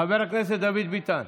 חבר הכנסת דוד ביטן,